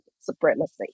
supremacy